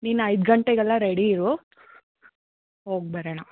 ನೀನು ಐದು ಗಂಟೆಗೆಲ್ಲ ರೆಡಿ ಇರು ಹೋಗಿಬರೋಣ